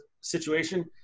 situation